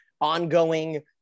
ongoing